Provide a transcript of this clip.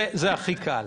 זה הכי קל.